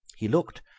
he looked,